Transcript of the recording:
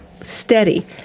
steady